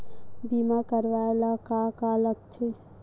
बीमा करवाय ला का का लगथे?